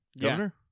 governor